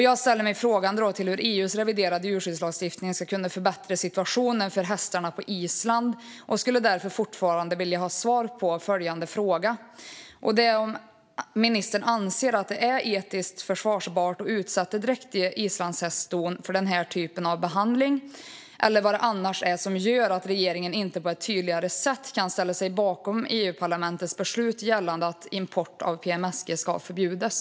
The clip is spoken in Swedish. Jag ställer mig frågande till hur EU:s reviderade djurskyddslagstiftning ska kunna förbättra situationen för hästarna på Island. Jag skulle därför vilja ha svar på frågan om ministern anser att det är etiskt försvarbart att utsätta dräktiga islandshästston för denna typ av behandling eller vad det annars är som gör att regeringen inte på ett tydligare sätt kan ställa sig bakom EU-parlamentets beslut gällande att import av PMSG ska förbjudas.